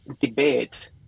debate